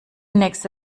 nächste